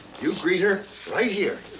you greet her right here.